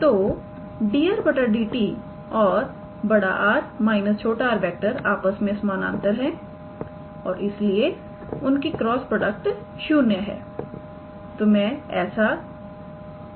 तो 𝑑 𝑟⃗ 𝑑𝑡 और 𝑅⃗ − 𝑟⃗ आपस में समानांतर है और इसलिए उनकी क्रॉस प्रोडक्ट 0 है